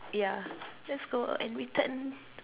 yeah let's go and return